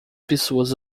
pessoas